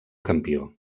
campió